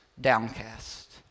downcast